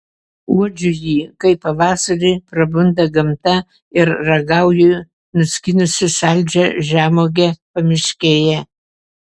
uodžiu jį kai pavasarį prabunda gamta ir ragauju nuskynusi saldžią žemuogę pamiškėje